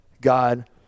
God